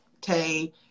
Tay